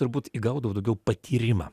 turbūt įgaudavo daugiau patyrimą